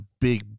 big